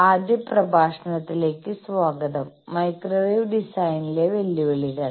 ആദ്യ പ്രഭാഷണത്തിലേക്ക് സ്വാഗതം മൈക്രോവേവ് ഡിസൈനിലെ വെല്ലുവിളികൾ